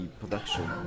production